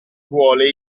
vuole